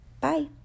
Bye